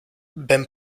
ben